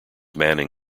manning